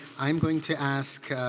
i'm going to ask